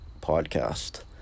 Podcast